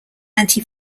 anti